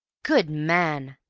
good man!